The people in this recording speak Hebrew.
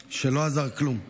שלא עזר בכלום,